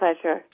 pleasure